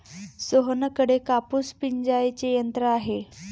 सोहनकडे कापूस पिंजायचे यंत्र आहे